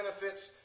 benefits